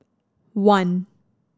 one